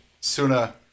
Suna